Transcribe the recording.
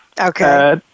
Okay